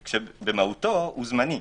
ובמהותו הוא זמני.